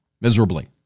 Miserably